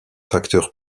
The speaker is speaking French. facteurs